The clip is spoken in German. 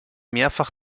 mehrfach